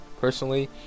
personally